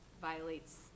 violates